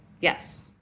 Yes